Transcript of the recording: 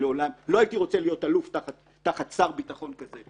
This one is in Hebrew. לא הייתי רוצה להיות אלוף תחת שר ביטחון כזה,